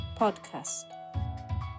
podcast